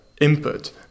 input